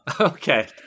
Okay